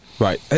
Right